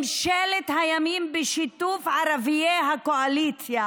ממשלת הימין, בשיתוף ערביי הקואליציה